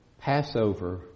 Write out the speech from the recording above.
Passover